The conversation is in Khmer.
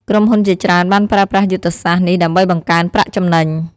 ក្រុមហ៊ុនជាច្រើនបានប្រើប្រាស់យុទ្ធសាស្ត្រនេះដើម្បីបង្កើនប្រាក់ចំណេញ។